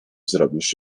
zrobisz